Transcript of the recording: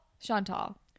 Chantal